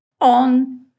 on